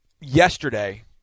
yesterday